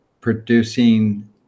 producing